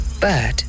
Bird